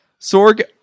Sorg